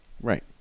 Right